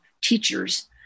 teachers